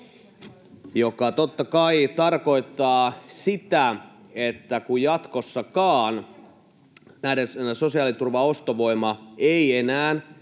Se totta kai tarkoittaa sitä, että kun jatkossakaan sosiaaliturvan ostovoima ei enää